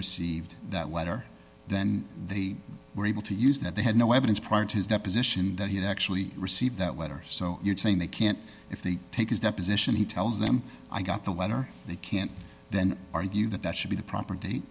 received that letter then they were able to use that they had no evidence prior to his deposition that he actually received that whether he so you're saying they can't if they take his deposition he tells them i got the letter they can't then argue that that should be the property